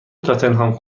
تاتنهام